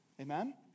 Amen